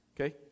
Okay